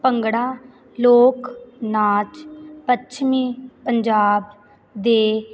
ਭੰਗੜਾ ਲੋਕ ਨਾਚ ਪੱਛਮੀ ਪੰਜਾਬ ਦੇ